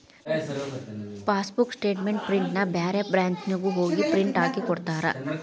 passbook statement ಪ್ರಿಂಟ್ನ ಬ್ಯಾರೆ ಬ್ರಾಂಚ್ನ್ಯಾಗು ಹೋಗಿ ಪ್ರಿಂಟ್ ಹಾಕಿಕೊಡ್ತಾರ